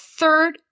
third